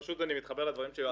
פשוט אני מתחבר לדברים של יועז.